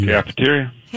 Cafeteria